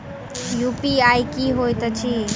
UPI की होइत अछि